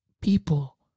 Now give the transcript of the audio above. people